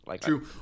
True